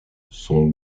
son